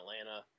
atlanta